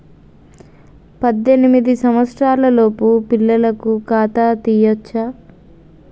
పద్దెనిమిది సంవత్సరాలలోపు పిల్లలకు ఖాతా తీయచ్చా?